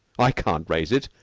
i can't raise it,